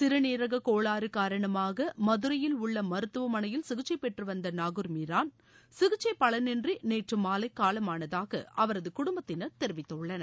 சிறுநீரகக் கோளாறு காரணமாக மதுரையில் உள்ள மருத்துவமனையில் சிகிச்சை பெற்று வந்த நாகூர் மீரான் சிகிச்சை பலனின்றி நேற்று மாலை காலமானதாக அவரது குடும்பத்தினர் தெரிவித்துள்ளனர்